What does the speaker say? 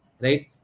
right